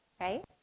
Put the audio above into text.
right